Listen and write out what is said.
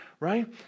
Right